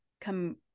come